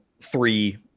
three